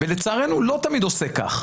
ולצערנו, לא תמיד עושה כך.